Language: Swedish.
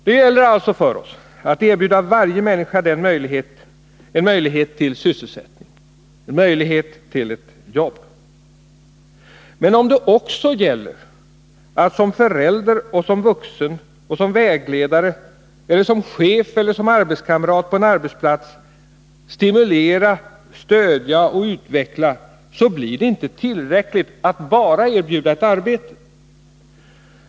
Det gäller alltså för oss att erbjuda varje människa en möjlighet till sysselsättning, en möjlighet till ett jobb. Men om det också gäller att som förälder och som vuxen, som vägledare, som chef eller som arbetskamrat på en arbetsplats stimulera, stödja och utveckla, så blir det inte tillräckligt att bara erbjuda ett arbete.